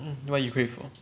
mm what you crave for